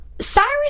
Cyrus